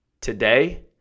today